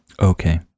Okay